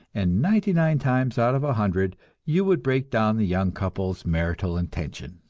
and ninety-nine times out of a hundred you would break down the young couple's marital intention.